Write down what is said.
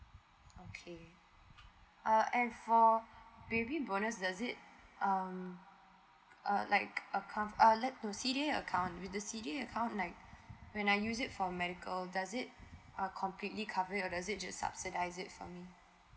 okay uh and for baby bonus does it um uh like account uh let with the C_D_A account with the C_D_A account like when I use it for medical does it uh completely cover or does it just subsidise it for me